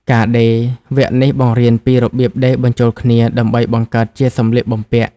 ការដេរ វគ្គនេះបង្រៀនពីរបៀបដេរបញ្ចូលគ្នាដើម្បីបង្កើតជាសម្លៀកបំពាក់។